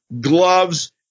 gloves